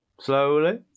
slowly